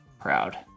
proud